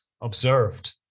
observed